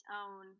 own